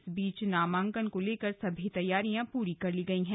इस बीच नामांकन को लेकर सभी तैयारियां पूरी कर ली गई हैं